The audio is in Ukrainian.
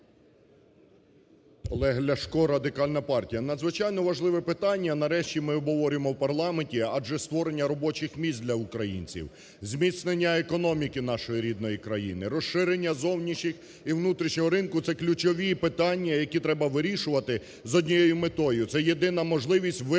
Олег Ляшко, Радикальна партія. Надзвичайно важливе питання нарешті ми обговорюємо в парламенті. Адже створення робочих місць для українців, зміцнення економіки нашої рідної країни, розширення зовнішнього і внутрішнього ринку – це ключові питання, які треба вирішувати з однією метою. Це єдина можливість вирвати